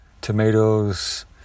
tomatoes